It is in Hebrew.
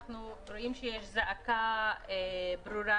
אנחנו רואים שיש זעקה ברורה,